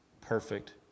perfect